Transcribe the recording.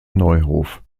neuhof